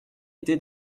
été